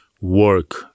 work